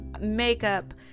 makeup